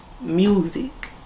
music